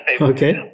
okay